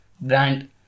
brand